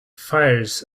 fires